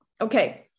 Okay